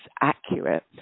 accurate